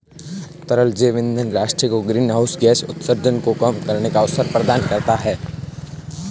तरल जैव ईंधन राष्ट्र को ग्रीनहाउस गैस उत्सर्जन को कम करने का अवसर प्रदान करता है